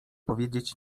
powiedzieć